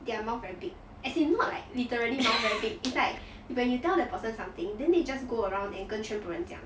their mouth very big as in not like literally mouth very big it's like when you tell the person something then they just go around and 跟全部人讲